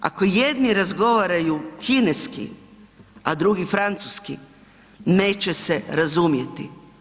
Ako jedni razgovaraju kineski, a drugi francuski, neće se razumjeti.